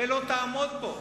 הרי לא תעמוד בו.